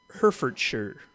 Herefordshire